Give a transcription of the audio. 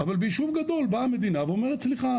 אבל ביישוב גדול באה המדינה אומרת סליחה,